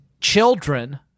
children